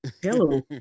Hello